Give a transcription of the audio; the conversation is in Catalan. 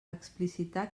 explicitar